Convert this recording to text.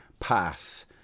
pass